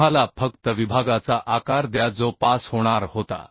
तुम्हाला फक्त विभागाचा आकार द्या जो पास होणार होता